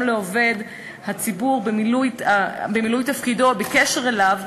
לעובד ציבור במילוי תפקידו או בקשר אליו,